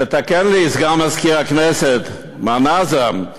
תקן אותי, סגן מזכיר הכנסת, מר נאזם,